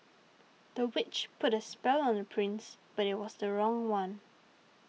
the witch put a spell on the prince but it was the wrong one